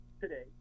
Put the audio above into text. today